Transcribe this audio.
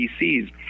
pcs